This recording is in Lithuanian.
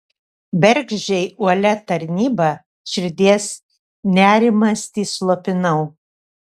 bergždžiai uolia tarnyba širdies nerimastį slopinau